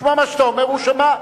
לשמוע מה שאתה אומר, הוא שמע.